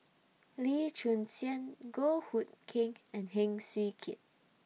Lee Choon Seng Goh Hood Keng and Heng Swee Keat